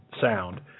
sound